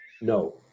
no